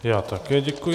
Já také děkuji.